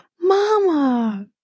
mama